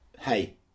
hey